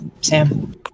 Sam